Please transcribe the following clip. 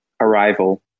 Arrival